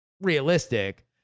realistic